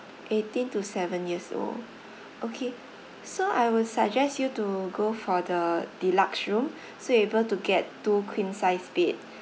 eighteen to seven years old okay so I will suggest you to go for the deluxe room so able to get two queen size bed